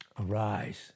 Arise